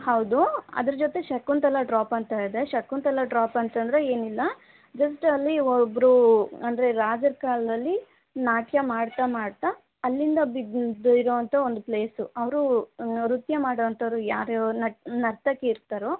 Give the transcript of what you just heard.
ಹೌದು ಅದರ ಜೊತೆ ಶಕುಂತಲಾ ಡ್ರಾಪ್ ಅಂತ ಇದೆ ಶಕುಂತಲಾ ಡ್ರಾಪ್ ಅಂತಂದರೆ ಏನಿಲ್ಲ ಜಸ್ಟ್ ಅಲ್ಲಿ ಒಬ್ಬರು ಅಂದರೆ ರಾಜರ ಕಾಲದಲ್ಲಿ ನಾಟ್ಯ ಮಾಡ್ತಾ ಮಾಡ್ತಾ ಅಲ್ಲಿಂದ ಬಿದ್ದಿದ್ದಿರೋಂಥ ಒಂದು ಪ್ಲೇಸು ಅವರು ನೃತ್ಯ ಮಾಡೋಂಥೋರು ಯಾರು ನ ನರ್ತಕಿ ಇರ್ತಾರೋ